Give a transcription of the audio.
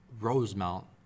Rosemount